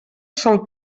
sòl